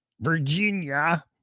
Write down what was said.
Virginia